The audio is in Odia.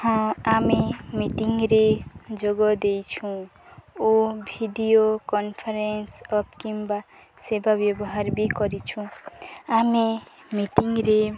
ହଁ ଆମେ ମିଟିଂରେ ଯୋଗ ଦେଇଛୁଁ ଓ ଭିଡ଼ିଓ କନ୍ଫରେନ୍ସର କିମ୍ବା ସେବା ବ୍ୟବହାର ବି କରିଛୁଁ ଆମେ ମିଟିଂରେ